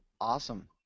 Awesome